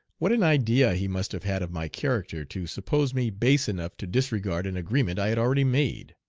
what an idea, he must have had of my character to suppose me base enough to disregard an agreement i had already made!